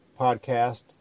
podcast